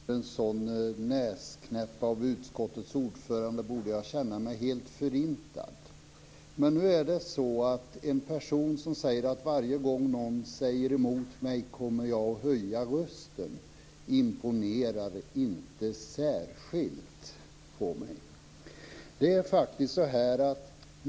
Fru talman! Efter en sådan näsknäpp av utskottets ordförande borde jag känna mig helt förintad. Men en person som säger att han kommer att höja rösten varje gång någon säger emot honom imponerar inte särskilt på mig.